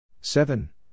Seven